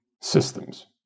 systems